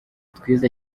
twize